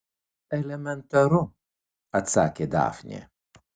elementaru atsakė dafnė